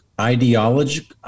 ideology